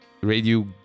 radio